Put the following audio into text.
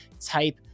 type